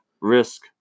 risk